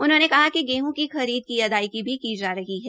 उन्होंने कहा कि गेहं की खरीद की अदायगी भी की जा रही है